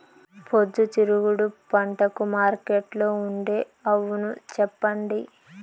పొద్దుతిరుగుడు పంటకు మార్కెట్లో ఉండే అవును చెప్పండి?